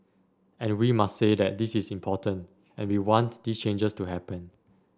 and we must say that this is important and we want these changes to happen